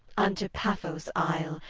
unto paphos' isle,